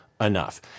enough